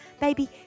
baby